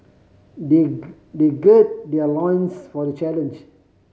they they gird their loins for the challenge